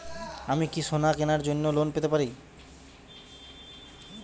আমি কি সোনা কেনার জন্য লোন পেতে পারি?